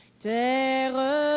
terre